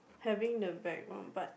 having the background but